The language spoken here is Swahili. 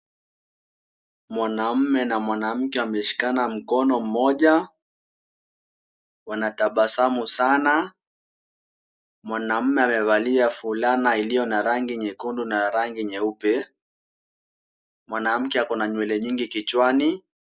Mwanamume na mwanamke wameshikana mkono mmoja. Wanatabasamu sana. Mwanamume amevalia fulana iliyo na rangi nyekundu na rangi nyeupe. Mwanamke ako na nywele nyingi kichwani.